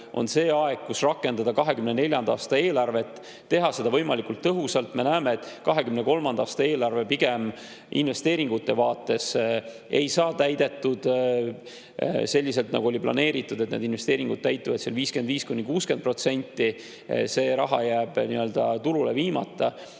on see aeg, kus rakendada 2024. aasta eelarvet ja teha seda võimalikult tõhusalt. Me näeme, et 2023. aasta eelarve investeeringute vaates ei saa täidetud selliselt, nagu oli planeeritud. Investeeringud täituvad 55–60%, see raha jääb turule viimata.